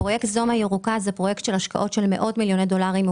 פרויקט זומה ירוקה זה פרויקט בהשקעות של מיליוני דולרים.